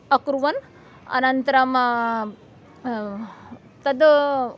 अकुर्वन् अनन्तरम् तद्